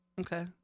Okay